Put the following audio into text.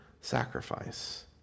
sacrifice